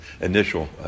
initial